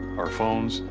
our phones,